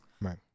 right